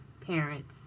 parents